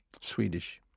Swedish